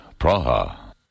Praha